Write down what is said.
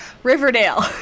Riverdale